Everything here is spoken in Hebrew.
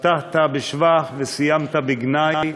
פתחת בשבח וסיימת בגנאי.